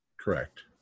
Correct